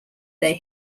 their